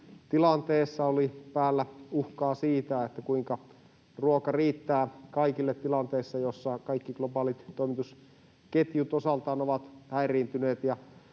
pandemiatilanteessa oli päällä uhkaa siitä, kuinka ruoka riittää kaikille tilanteessa, jossa kaikki globaalit toimitusketjut osaltaan ovat häiriintyneet,